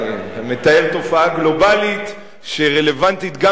אני מתאר תופעה גלובלית שרלוונטית גם